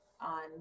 on